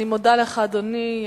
אני מודה לך, אדוני.